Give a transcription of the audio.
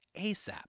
ASAP